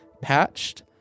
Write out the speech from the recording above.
patched